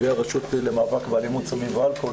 והרשות למאבק באלימות סמים ואלכוהול